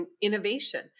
innovation